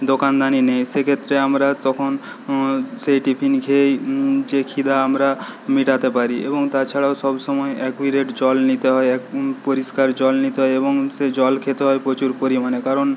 দোকানদানি নেই সেক্ষেত্রে আমরা তখন সেই টিফিন খেয়েই যে ক্ষিধে আমরা মেটাতে পারি এবং তাছাড়াও সব সময় অ্যাকিউরেট জল নিতে হয় পরিষ্কার জল নিতে হয় এবং সে জল খেতে হয় প্রচুর পরিমাণে কারণ